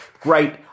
Great